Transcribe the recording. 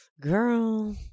girl